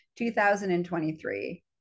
2023